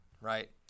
right